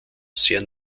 sehr